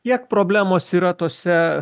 kiek problemos yra tose